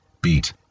beat